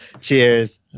Cheers